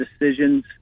decisions